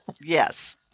Yes